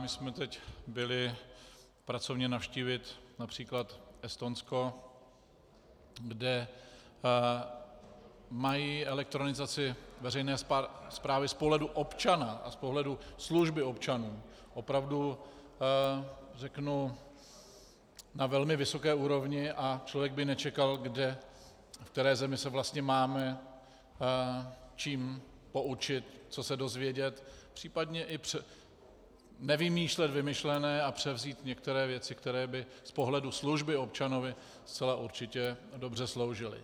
My jsme teď byli pracovně navštívit např. Estonsko, kde mají elektronizaci veřejné správy z pohledu občana a z pohledu služby občanům opravdu na velmi vysoké úrovni, a člověk by nečekal, v které zemi se vlastně máme čím poučit, co se dovědět, případně i nevymýšlet vymyšlené a převzít některé věci, které by z pohledu služby občanovi zcela určitě dobře sloužily.